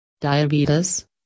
Diabetes